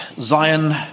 Zion